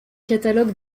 catalogue